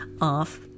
off